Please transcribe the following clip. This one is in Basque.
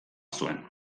zuen